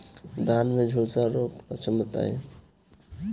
धान में झुलसा रोग क लक्षण बताई?